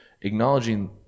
acknowledging